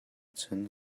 cun